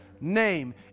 name